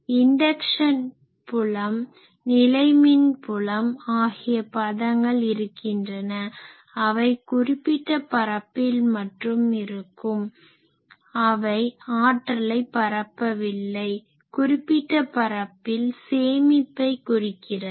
induction புலம் நிலைமின் புலம் ஆகிய பதங்கள் இருக்கின்றன அவை குறிப்பிட்ட பரப்பில் மட்டும் இருக்கும் அவை ஆற்றலை பரப்பவில்லை குறிப்பிட்ட பரப்பில் சேமிப்பை குறிக்கிறது